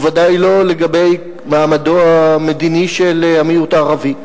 ובוודאי לא לגבי מעמדו המדיני של המיעוט הערבי.